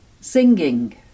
Singing